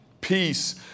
peace